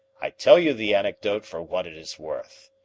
i tell you the anecdote for what it is worth.